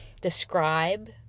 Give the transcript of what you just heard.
describe